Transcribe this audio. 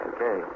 Okay